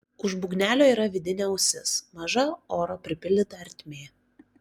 už būgnelio yra vidinė ausis maža oro pripildyta ertmė